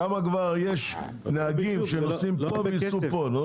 כמה כבר יש נהגים שנוסעים פה ונסעו פה.